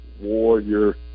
warrior